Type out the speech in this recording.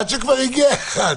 עד שכבר הגיע אחד,